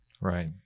Right